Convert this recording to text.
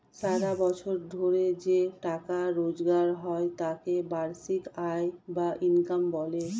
সারা বছর ধরে যে টাকা রোজগার হয় তাকে বার্ষিক আয় বা ইনকাম বলে